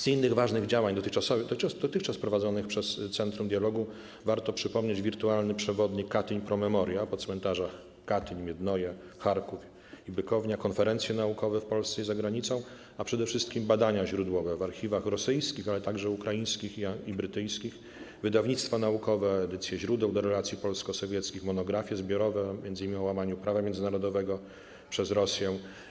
Z innych ważnych działań dotychczas prowadzonych przez Centrum Dialogu warto przypomnieć wirtualny przewodnik ˝Katyń Pro Memoria˝ po cmentarzach w Katyniu, Miednoje, Charkowie i Bykowni, konferencje naukowe w Polsce i za granicą, a przede wszystkim badania źródłowe w archiwach rosyjskich, ale także ukraińskich i brytyjskich, wydawnictwa naukowe, edycje źródeł odnośnie do relacji polsko-sowieckich, monografie zbiorowe, m.in. o łamaniu prawa międzynarodowego przez Rosję.